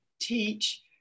teach